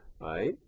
right